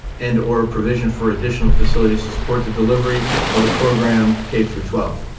and or provision for additional facilities to support the delivery of the program k through twelve.